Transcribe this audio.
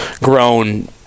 grown